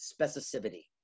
Specificity